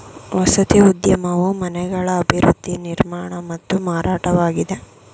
ವಸತಿ ಉದ್ಯಮವು ಮನೆಗಳ ಅಭಿವೃದ್ಧಿ ನಿರ್ಮಾಣ ಮತ್ತು ಮಾರಾಟವಾಗಿದೆ